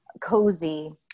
cozy